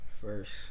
first